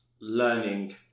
learning